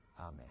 Amen